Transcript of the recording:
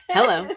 Hello